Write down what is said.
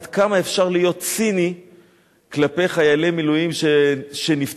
עד כמה אפשר להיות ציני כלפי חיילי מילואים שנפצעו.